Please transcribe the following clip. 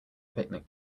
picnic